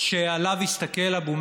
מי סוגר?